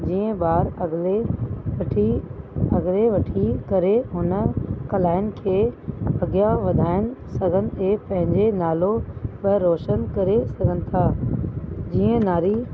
जीअं ॿार अॻले वठी अॻले वठी करे हुन कलाउनि खे अॻियां वधाए सघनि ऐं पंहिंजे नालो व रोशन करे सघनि था जीअं नारी